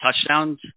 touchdowns